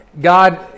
God